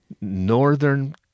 Northern